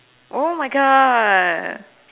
oh my God